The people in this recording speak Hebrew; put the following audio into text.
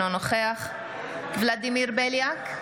אינו נוכח ולדימיר בליאק,